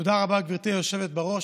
תודה רבה, גברתי היושבת בראש.